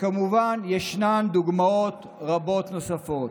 כמובן, ישנן דוגמאות רבות נוספות.